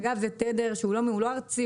אגב זה תדר שהוא לא ארצי,